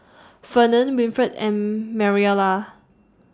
Fernand Winfred and Mariela